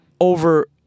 over